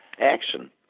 action